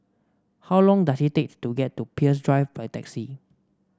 how long does it take to get to Peirce Drive by taxi